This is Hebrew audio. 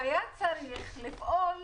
שהיה צריך לפעול